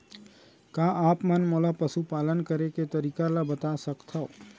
का आप मन मोला पशुपालन करे के तरीका ल बता सकथव?